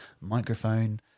microphone